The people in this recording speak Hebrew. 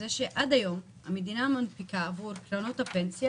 זה שעד היום המדינה מנפיקה עבור קרנות הפנסיה